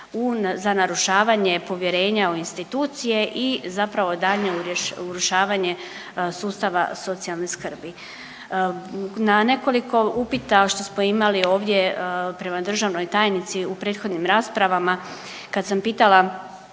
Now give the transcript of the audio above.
za narušavanje povjerenja u institucije i zapravo daljnje urušavanje sustava socijalne skrbi. Na nekoliko upita što smo imali ovdje prema državnoj tajnici u prethodnim raspravama, kad sam pitala